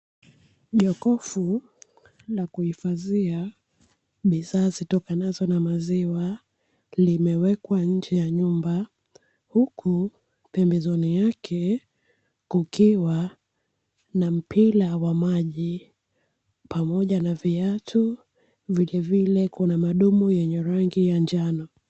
Jokofu la kuhifadhia bidhaa zitokanazo na maziwa limewekwa nje ya nyumba, huku pembezoni yake kukiwa na mpira wa maji pamoja na viatu, vilevile kuna madumu yenye rangi ya njano.